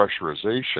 pressurization—